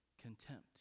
contempt